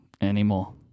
anymore